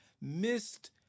missed